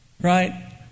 Right